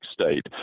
state